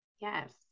Yes